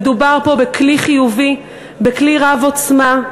מדובר פה בכלי חיובי, בכלי רב עוצמה,